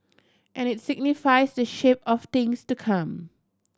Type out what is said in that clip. and it signifies the shape of things to come